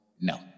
no